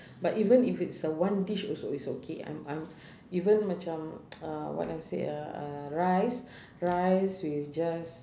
but even if it's a one dish also it's okay I'm I'm even macam uh what I said ah uh rice rice with just